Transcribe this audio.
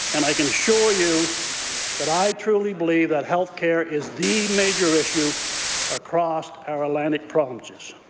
and i can assure you that i truly believe that health care is the major issue across our atlantic provinces.